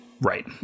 Right